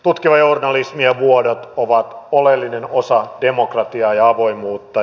tutkiva journalismi ja vuodot ovat oleellinen osa demokratiaa ja avoimuutta